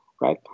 right